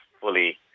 fully